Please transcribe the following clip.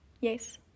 yes